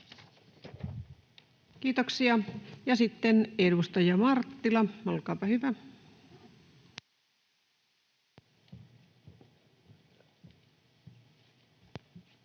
Kiitoksia. — Ja sitten edustaja Marttila, olkaapa hyvä.